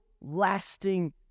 lasting